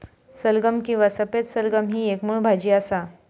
सलगम किंवा सफेद सलगम ही एक मुळ भाजी असा